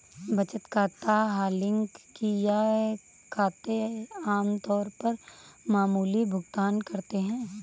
बचत खाता हालांकि ये खाते आम तौर पर मामूली भुगतान करते है